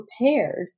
prepared